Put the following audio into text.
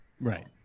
Right